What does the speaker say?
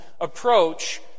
approach